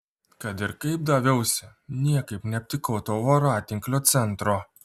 kad ir kaip daviausi niekaip neaptikau to voratinklio centro